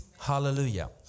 Hallelujah